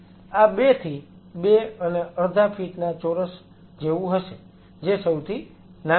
આ 2 થી 2 અને અડધા ફીટ ના ચોરસ જેવું હશે જે સૌથી નાનું છે